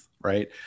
Right